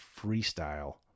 freestyle